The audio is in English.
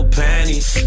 panties